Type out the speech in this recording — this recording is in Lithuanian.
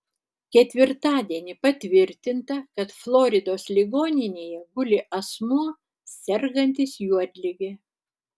ketvirtadienį patvirtinta kad floridos ligoninėje guli asmuo sergantis juodlige